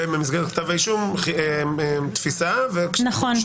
במסגרת כתב האישום תפיסה- -- נכון,